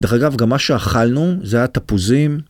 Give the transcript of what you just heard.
דרך אגב, גם מה שאכלנו זה היה תפוזים.